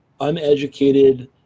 uneducated